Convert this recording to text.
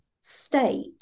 state